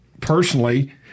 personally